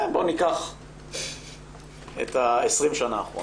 בואו ניקח את 20 השנים האחרונות.